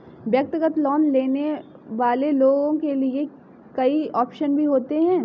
व्यक्तिगत लोन लेने वाले लोगों के लिये कई आप्शन भी होते हैं